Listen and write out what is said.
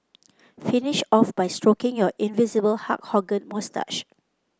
finish off by stroking your invisible Hulk Hogan moustache